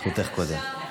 זכותך קודם.